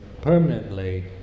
permanently